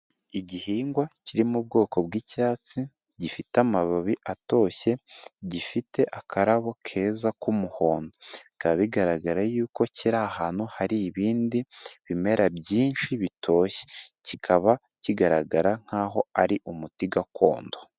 Igihingwa kiri mu bwoko bw'icyatsi gifite amababi atoshye, gifite akarabo keza k'umuhondo bikaba bigaragara yuko kiri ahantu hari ibindi bimera byinshi bitoshye, kikaba kigaragara nk'aho ari umuti gakondo.